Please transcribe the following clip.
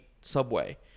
subway